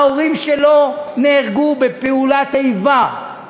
ההורים שלו נהרגו בפעולת איבה,